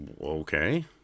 Okay